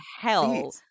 hell